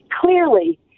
Clearly